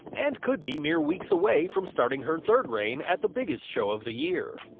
and could be mere weeks away from starting her third reign at the biggest show of the year.